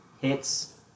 hits